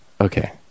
okay